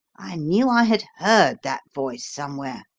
i knew i had heard that voice somewhere,